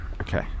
Okay